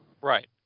Right